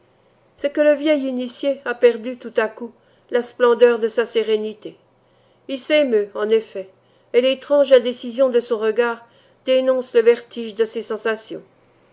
c'est que le vieil initié a perdu tout à coup la splendeur de sa sérénité il s'émeut en effet et l'étrange indécision de son regard dénonce le vertige de ses sensations